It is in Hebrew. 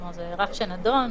כלומר, זה רף שנדון.